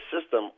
system